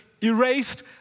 erased